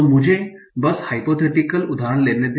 तो मुझे बस हाइपोथेटिकल उदाहरण लेने दे